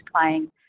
playing